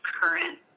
current